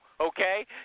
okay